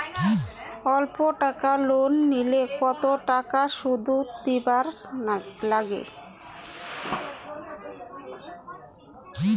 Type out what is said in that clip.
অল্প টাকা লোন নিলে কতো টাকা শুধ দিবার লাগে?